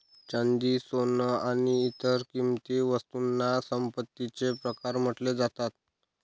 चांदी, सोन आणि इतर किंमती वस्तूंना संपत्तीचे प्रकार म्हटले जातात